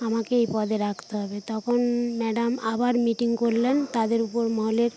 আমাকে এই পদে রাখতে হবে তখন ম্যাডাম আবার মিটিং করলেন তাদের উপর মহলের